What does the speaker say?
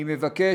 אני מבקש,